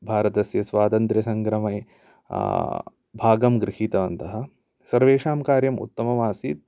भारतस्य स्वातन्त्र्यसङ्ग्रामे भागं गृहीतवन्तः सर्वेषां कार्यम् उत्तमम् आसीत्